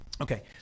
Okay